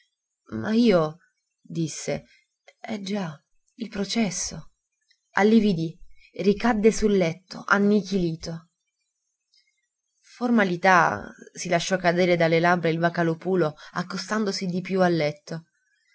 ma io disse eh già il processo allividì ricadde sul letto annichilito formalità si lasciò cadere dalle labbra il vocalòpulo accostandosi di più al letto